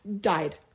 died